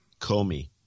Comey